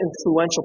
influential